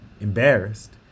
Embarrassed